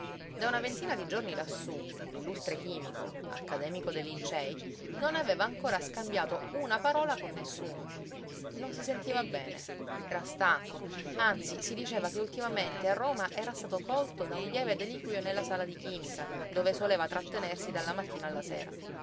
da una ventina di giorni lassú l'illustre chimico accademico dei lincei non aveva ancora scambiato una parola con nessuno non si sentiva bene era stanco anzi si diceva che ultimamente a roma era stato colto da un lieve deliquio nella sala di chimica dove soleva trattenersi dalla mattina alla sera